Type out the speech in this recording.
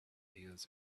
heels